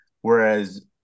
Whereas